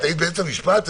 היית באמצע משפט?